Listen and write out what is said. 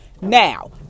Now